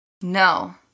No